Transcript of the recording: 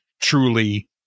truly